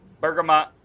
Bergamot